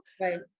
Right